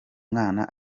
mwana